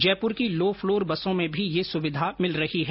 जयपुर की low floor बसों में भी ये सुविधा मिल रही है